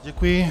Děkuji.